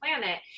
planet